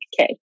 okay